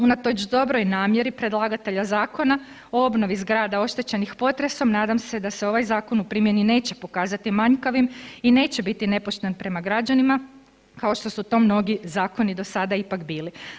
Unatoč dobroj namjeri predlagatelja Zakona o obnovi zgrada oštećenih potresom nadam se da se ovaj zakon u primjeni neće pokazati manjkavim i neće biti nepošten prema građanima kao što su to mnogi zakoni do sada ipak bili.